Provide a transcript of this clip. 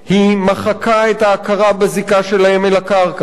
היא מחקה את ההכרה בזיקה שלהם אל הקרקע.